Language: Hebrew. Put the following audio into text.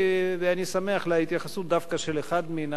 ואני שמח על ההתייחסות דווקא של אחד מן הדוברים,